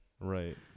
right